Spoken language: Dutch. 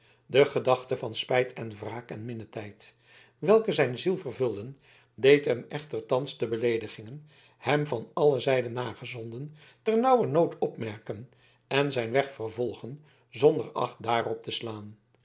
de gedachten van spijt en wraak en minnenijd welke zijn ziel vervulden deden hem echter thans de beleedigingen hem van alle zijden nagezonden ternauwernood opmerken en zijn weg vervolgen zonder acht daarop te slaan